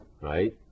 right